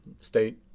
state